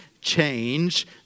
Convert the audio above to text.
change